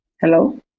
Hello